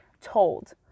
told